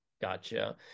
Gotcha